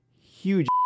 Huge